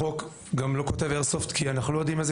החוק גם לא כותב איירסופט כי אנחנו לא יודעים איזה